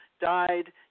died